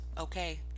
okay